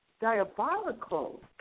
diabolical